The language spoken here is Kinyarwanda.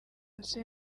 bose